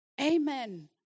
Amen